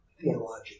theological